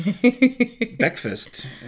breakfast